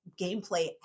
gameplay